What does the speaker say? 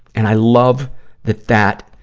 and i love that that